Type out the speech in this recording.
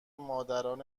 مادران